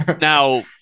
now